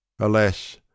Alas